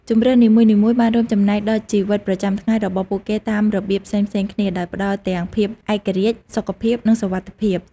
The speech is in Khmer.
ជម្រើសនីមួយៗបានរួមចំណែកដល់ជីវិតប្រចាំថ្ងៃរបស់ពួកគេតាមរបៀបផ្សេងៗគ្នា ដោយផ្តល់ទាំងភាពឯករាជ្យ សុខភាព និងសុវត្ថិភាព។